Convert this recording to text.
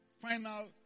final